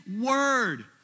word